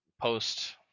post